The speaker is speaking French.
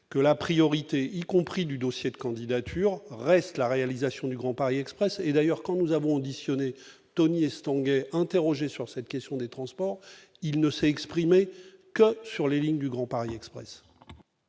que la priorité, y compris du dossier de candidature reste la réalisation du Grand Paris Express et d'ailleurs quand nous avons auditionné Tony Estanguet, interrogé sur cette question des transports, il ne s'est exprimé que sur les lignes du Grand Paris Express.